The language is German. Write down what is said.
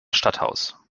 stadthaus